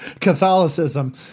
Catholicism